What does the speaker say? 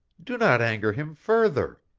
do not anger him further!